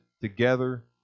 together